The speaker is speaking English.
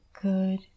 good